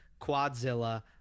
Quadzilla